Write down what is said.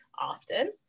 often